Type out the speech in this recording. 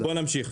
בואו נמשיך,